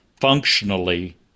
functionally